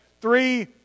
Three